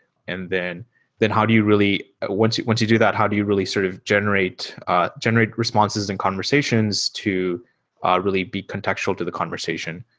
and then then how do you really once you once you do that, how do you really sort of generate generate responses and conversations to ah really be contextual to the conversation?